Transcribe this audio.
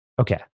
Okay